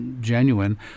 genuine